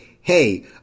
hey